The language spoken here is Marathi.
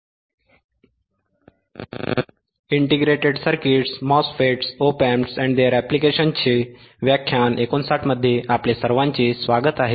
या मॉड्यूलमध्ये आपले स्वागत आहे